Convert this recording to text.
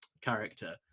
character